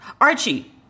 Archie